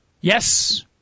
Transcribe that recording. Yes